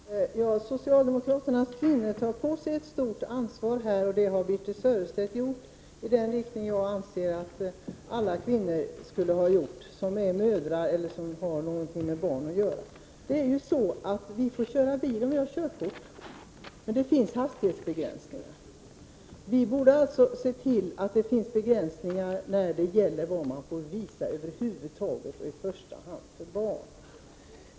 Herr talman! Socialdemokraternas kvinnor tar här på sig ett stort ansvar — och det har Birthe Sörestedt gjort i den riktning jag anser att alla kvinnor skulle ha valt som är mödrar eller som har någonting med barn att göra. Vi får köra bil om vi har körkort. Det finns hastighetsbegränsningar. Vi borde alltså se till att det finns begränsningar när det gäller vad man får visa över huvud taget, och i första hand för barn.